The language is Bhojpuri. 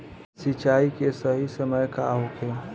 सिंचाई के सही समय का होखे?